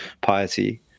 piety